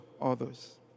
others